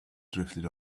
drifted